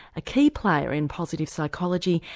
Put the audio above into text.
a key player in positive psychology,